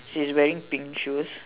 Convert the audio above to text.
she's wearing pink shoes